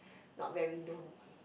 not very known